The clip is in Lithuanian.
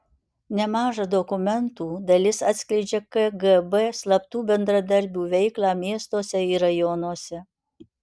nemaža dokumentų dalis atskleidžia kgb slaptų bendradarbių veiklą miestuose ir rajonuose